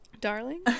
Darling